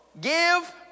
Give